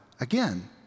again